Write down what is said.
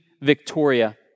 Victoria